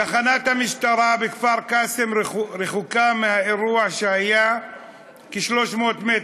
תחנת המשטרה בכפר-קאסם רחוקה מהאירוע שהיה כ-300 מטר,